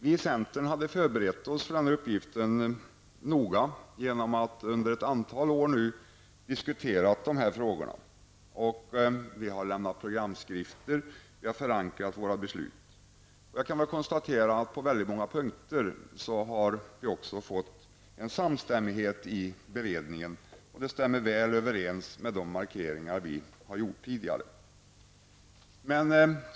Vi i centern hade noga förberett oss för uppgiften genom att under ett antal år diskutera dessa frågor. Vi har lämnat programskrifter, och vi har förankrat våra beslut. Jag kan konstatera att vi på väldigt många punkter också i beredningen har fått en samstämmighet som stämmer väl överens med de markeringar som vi tidigare har gjort.